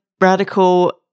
radical